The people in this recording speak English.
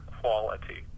quality